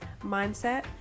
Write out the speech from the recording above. mindset